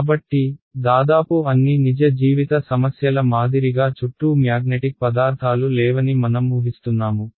కాబట్టి దాదాపు అన్ని నిజ జీవిత సమస్యల మాదిరిగా చుట్టూ మ్యాగ్నెటిక్ పదార్థాలు లేవని మనం ఊహిస్తున్నాము